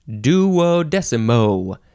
duodecimo